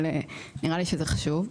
אבל, נראה לי שזה חשוב.